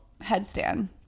headstand